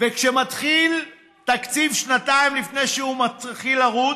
וכשמתחיל תקציב שנתיים לפני שהוא מתחיל לרוץ,